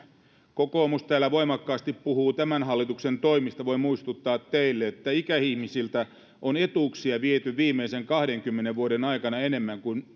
kokoomus täällä voimakkaasti puhuu tämän hallituksen toimista voin muistuttaa teille että ikäihmisiltä on etuuksia viety viimeisen kahdenkymmenen vuoden aikana enemmän kuin